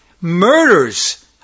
murders